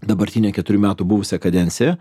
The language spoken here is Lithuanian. dabartinę keturių metų buvusią kadenciją